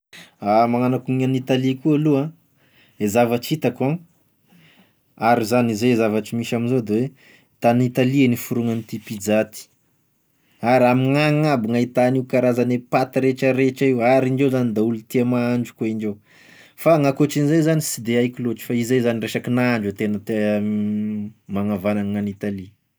Ah magnano akoa gn'Italia koa aloha, e zavatry hitako an, ary zany ze zavatry misy amzao de tany Italia niforognan'ity pizza ty ary amign'agny aby gn'ahita an'io karazany paty rehetra rehetra io, ary indreo zany da olo tia mahandro koa indreo, fa gn'ankoatran'izay zany sy de haiko loatry fa izay zany resaky nahandro i tegn te- magnavagnana agn'Italia.